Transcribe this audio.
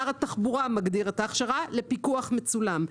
שר התחבורה מגדיר את ההכשרה לפיקוח מצולם.